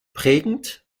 prägend